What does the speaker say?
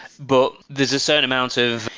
but there's a certain amount of,